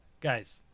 guys